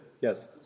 yes